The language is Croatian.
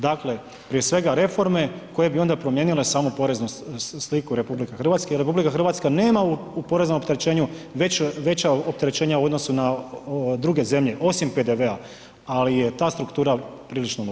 Dakle, prije svega reforme koje bi onda promijenile samo poreznu sliku RH jer RH nema u poreznom opterećenju veće, veća opterećenja u odnosu na druge zemlje osim PDV-a, ali je ta struktura prilično loša.